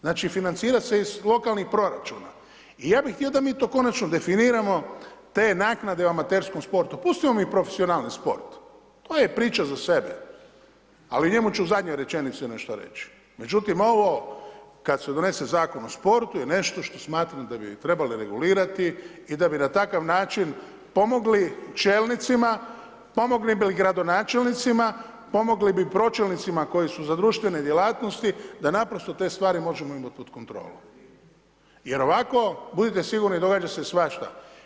Znači, financira se iz lokalnih proračuna, i ja bih htio da mi to konačno definiramo, te naknade o amaterskom sportu, pustimo mi profesionalni sport, to je priča za sebe, ali o njemu ću u zadnjoj rečenici nešto reći, međutim ovo, kad se donese Zakon o sportu i nešto što smatram da bi trebali regulirati i da bi na takav način pomogli čelnicima, pomogli bi gradonačelnicima, pomogli bi pročelnicima koji su za društvene djelatnosti, da naprosto te stvari možemo imati pod kontrolom, jer ovako budite sigurni događa se svašta.